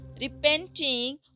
repenting